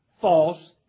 false